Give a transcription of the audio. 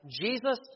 Jesus